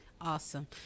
awesome